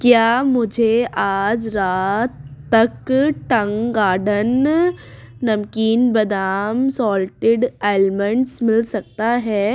کیا مجھے آج رات تک ٹنگ گارڈن نمکین بادام سالٹڈ المنڈس مل سکتا ہے